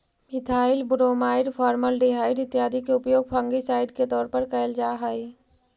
methyl bromide, formaldehyde इत्यादि के उपयोग फंगिसाइड के तौर पर कैल जा हई